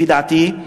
לפי דעתי,